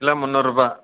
kilo முந்நூறுபா